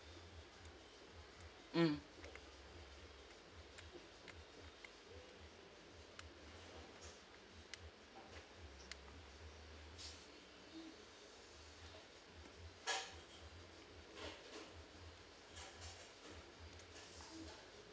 mm